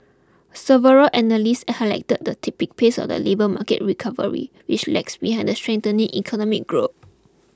several analysts highlighted the tepid pace of the labour market recovery which lags behind the strengthening economic growth